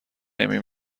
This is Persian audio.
نمی